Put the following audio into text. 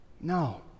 No